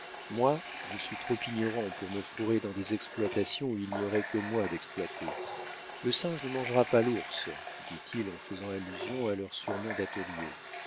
moi je suis trop ignorant pour me fourrer dans des exploitations où il n'y aurait que moi d'exploité le singe ne mangera pas l'ours dit-il en faisant allusion à leur surnom d'atelier